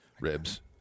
ribs